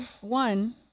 One